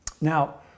now